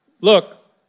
look